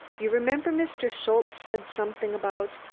you remember mr. schultze said something about.